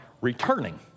returning